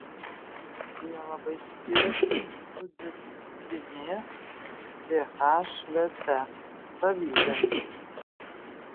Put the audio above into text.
jie labai skiriasi sudėtimi ph verte savybėmis